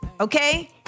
okay